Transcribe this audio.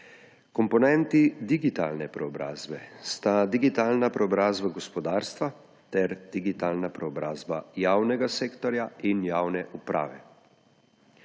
Komponenti digitalne preobrazbe sta digitalna preobrazba gospodarstva ter digitalna preobrazba javnega sektorja in javne uprave.